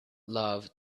love